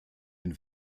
den